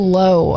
low